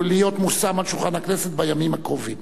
מונח על שולחן הכנסת בימים הקרובים.